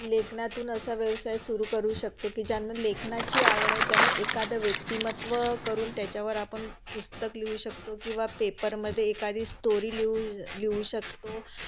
लेखनातून असा व्यवसाय सुरू करू शकतो की ज्यांना लेखनाची आवड आहे त्यांनी एखादं व्यक्तिमत्त्व करून त्याच्यावर आपण पुस्तक लिहू शकतो किंवा पेपरमध्ये एखादी स्टोरी लिहू शकतो